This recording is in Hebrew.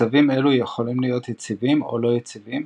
מצבים אלו יכולים להיות יציבים או לא יציבים,